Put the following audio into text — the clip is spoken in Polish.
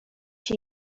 się